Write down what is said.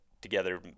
together